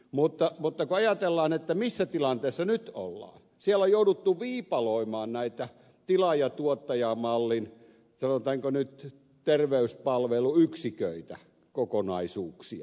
mutta kun ajatellaan missä tilanteessa nyt ollaan niin siellä on jouduttu viipaloimaan näitä tilaajatuottaja mallin sanotaanko nyt terveyspalveluyksiköitä kokonaisuuksia